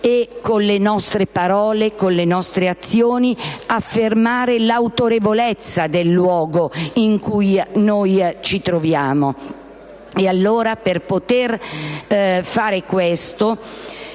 con le nostre parole e azioni affermare l'autorevolezza del luogo in cui ci troviamo.